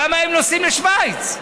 למה הם נוסעים לשווייץ?